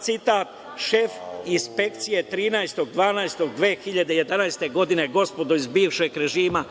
citat, šef inspekcije, 13.12.2011. godine. Gospodo iz bivšeg režima,